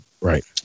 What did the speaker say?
Right